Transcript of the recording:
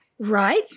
Right